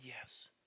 Yes